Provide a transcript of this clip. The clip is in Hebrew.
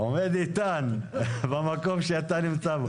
אתה עומד איתן במקום שאתה נמצא בו.